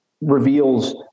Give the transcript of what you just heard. reveals